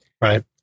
Right